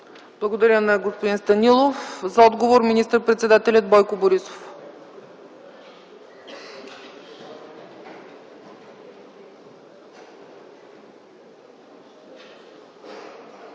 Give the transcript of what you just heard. Благодаря на господин Станилов. За отговор – министър-председателят Бойко Борисов.